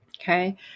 Okay